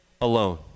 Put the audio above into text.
alone